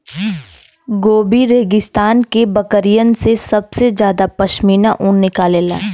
Gobi रेगिस्तान के बकरिन से सबसे जादा पश्मीना ऊन निकलला